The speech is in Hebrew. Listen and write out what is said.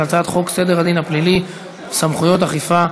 הצעת חוק סדר הדין הפלילי (סמכויות אכיפה,